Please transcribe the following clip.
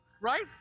Right